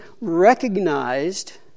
recognized